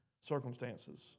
Circumstances